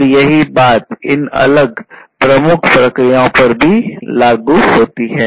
और यही बात इन अलग प्रमुख प्रक्रियाओं पर भी लागू होती है